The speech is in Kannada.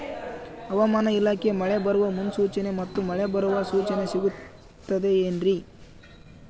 ಹವಮಾನ ಇಲಾಖೆ ಮಳೆ ಬರುವ ಮುನ್ಸೂಚನೆ ಮತ್ತು ಮಳೆ ಬರುವ ಸೂಚನೆ ಸಿಗುತ್ತದೆ ಏನ್ರಿ?